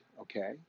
okay